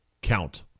count